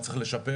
מה צריך לשפר.